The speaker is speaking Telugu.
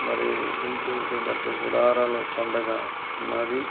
మరి గుంటూరుకి మధ్య గుడారాల పండగ ఉంది